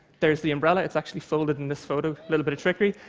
there's the umbrella. it's actually folded in this photo. little bit of trickery.